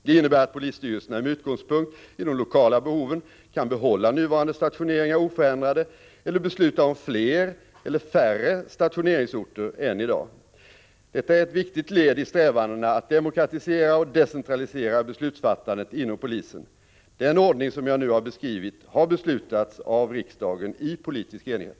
Det innebär att polisstyrelserna med utgångspunkt i de lokala behoven kan behålla nuvarande stationeringar oförändrade eller besluta om fler eller färre stationeringsorter än i dag. Detta är ett viktigt led i strävandena att demokratisera och decentralisera beslutsfattandet inom polisen. Den ordning som jag nu har beskrivit har beslutats av riksdagen i politisk enighet.